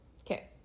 Okay